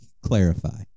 clarify